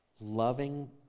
loving